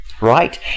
Right